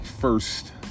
first